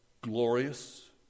glorious